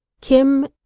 Kim